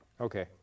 Okay